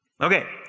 Okay